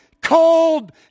cold